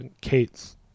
Kate's